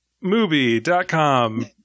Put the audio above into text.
movie.com